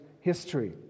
history